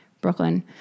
Brooklyn